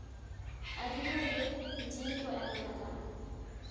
ᱟᱹᱰᱤ ᱦᱚᱲᱜᱮ ᱡᱤᱣᱤ ᱠᱚ ᱮᱢ ᱟᱠᱟᱫᱟ